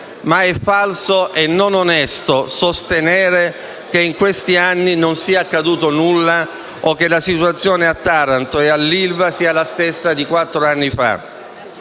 ma è falso e non onesto sostenere che in questi anni non sia accaduto nulla o che la situazione a Taranto e all'ILVA sia la stessa di quattro anni fa.